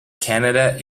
canada